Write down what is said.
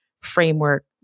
framework